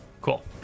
Cool